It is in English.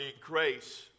grace